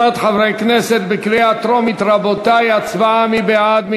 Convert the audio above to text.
מי בעד?